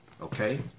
Okay